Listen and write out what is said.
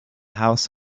house